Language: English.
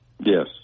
yes